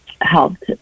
helped